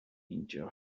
اینجا